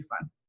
fun